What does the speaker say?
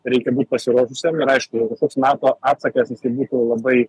reikia būt pasiruošusiem ir aišku kažkoks nato atsakas jisai būtų labai